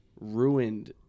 ruined –